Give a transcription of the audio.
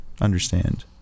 understand